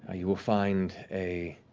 ah you will find a